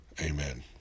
amen